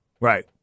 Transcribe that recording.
Right